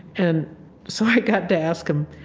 and so i got to ask them,